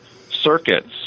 circuits